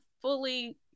fully